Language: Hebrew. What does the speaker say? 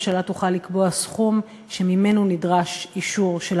הממשלה תוכל לקבוע סכום שממנו נדרש אישור של